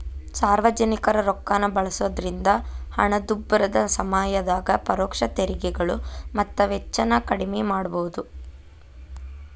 ಸಾರ್ವಜನಿಕರ ರೊಕ್ಕಾನ ಬಳಸೋದ್ರಿಂದ ಹಣದುಬ್ಬರದ ಸಮಯದಾಗ ಪರೋಕ್ಷ ತೆರಿಗೆಗಳು ಮತ್ತ ವೆಚ್ಚನ ಕಡ್ಮಿ ಮಾಡಬೋದು